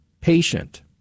patient